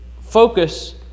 focus